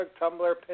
Tumblr